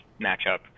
matchup